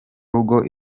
rugo